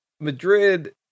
Madrid